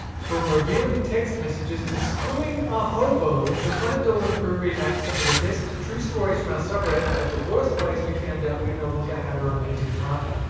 from revealing text messages to screwing a hobo, the planet dolan crew re-enacts some of the best true stories from our subreddit about the worst ways we found out we no longer had a romantic partner.